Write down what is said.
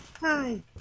Hi